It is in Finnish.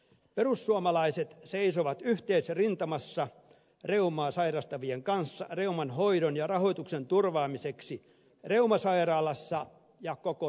perussuomalaiset seisovat yhteisrintamassa reumaa sairastavien kanssa reuman hoidon ja rahoituksen turvaamiseksi reumasairaalassa ja koko suomessa